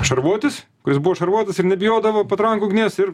šarvuotis kuris buvo šarvuotas ir nebijodavo patrankų ugnies ir